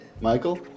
Michael